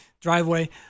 driveway